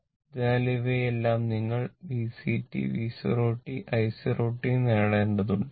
അതിനാൽ ഇവയെല്ലാം നിങ്ങൾ VC V 0 i0 നേടേണ്ടതുണ്ട്